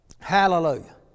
Hallelujah